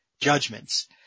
judgments